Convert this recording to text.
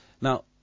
Now